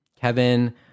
Kevin